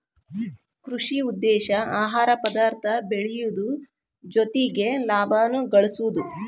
ಕೃಷಿ ಉದ್ದೇಶಾ ಆಹಾರ ಪದಾರ್ಥ ಬೆಳಿಯುದು ಜೊತಿಗೆ ಲಾಭಾನು ಗಳಸುದು